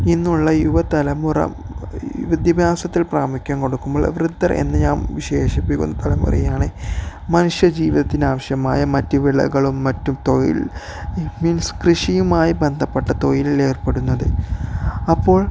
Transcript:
ഇന്നുള്ള യുവതലമുറം വിദ്യാഭ്യാസത്തിന് പ്രാമുഖ്യം കൊടുക്കുമ്പോൾ വൃദ്ധർ എന്ന് ഞാൻ വിശേഷിപ്പിക്കുന്ന തലമുറയാണ് മനുഷ്യജീവിതത്തിന് ആവശ്യമായ മറ്റു വിളകളും മറ്റും തൊഴിൽ മീൻസ് കൃഷിയുമായി ബന്ധപ്പെട്ട തൊഴിലിൽ ഏർപ്പെടുന്നത് അപ്പോൾ